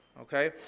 okay